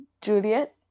juliet